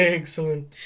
Excellent